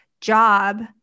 job